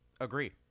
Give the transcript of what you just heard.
Agree